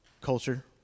culture